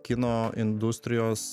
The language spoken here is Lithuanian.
kino industrijos